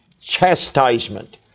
chastisement